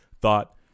thought